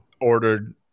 ordered